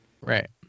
right